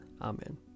Amen